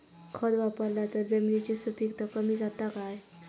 खत वापरला तर जमिनीची सुपीकता कमी जाता काय?